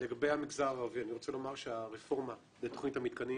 לגבי המגזר הערבי אני רוצה לומר שהרפורמה בתכנית המתקנים